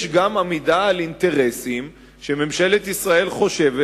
יש גם עמידה על אינטרסים שממשלת ישראל חושבת